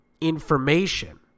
information